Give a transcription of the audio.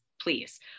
please